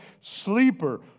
Sleeper